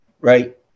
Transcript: Right